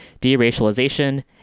de-racialization